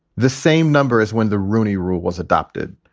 the same number as when the rooney rule was adopted.